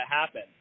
happen